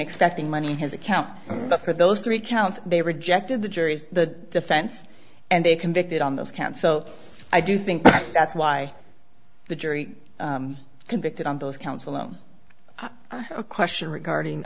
expecting money his account but for those three counts they rejected the jury's the defense and they convicted on those counts so i do think that's why the jury convicted on those counts alone a question regarding